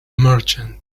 merchant